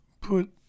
put